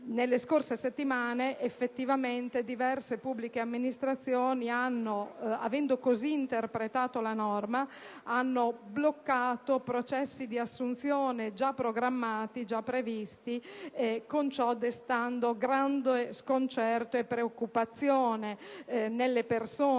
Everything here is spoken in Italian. Nelle scorse settimane effettivamente diverse pubbliche amministrazioni, avendo così interpretato la norma, hanno bloccato processi di assunzione già programmati, con ciò destando grande sconcerto e preoccupazione nelle persone